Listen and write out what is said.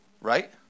right